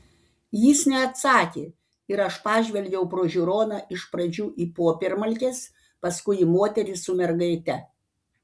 jis neatsakė ir aš pažvelgiau pro žiūroną iš pradžių į popiermalkes paskui į moterį su mergaite